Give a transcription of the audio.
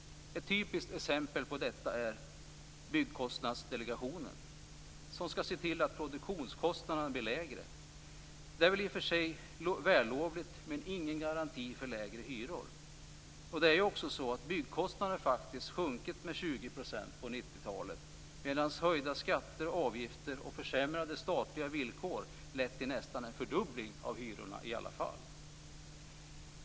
Ett typiskt exempel på detta är Byggkostnadsdelegationen, som skall se till att produktionskostnaderna blir lägre. Det är i och för sig vällovligt, men det är ingen garanti för lägre hyror. Byggkostnaderna har faktiskt sjunkit med 20 % på 90-talet, medan höjda skatter, avgifter och försämrade statliga villkor lett till nästan en fördubbling av hyrorna.